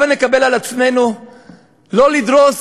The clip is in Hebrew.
הבה נקבל על עצמנו לא לדרוס,